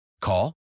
Call